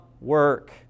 work